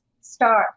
start